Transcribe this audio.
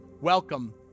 Welcome